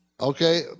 okay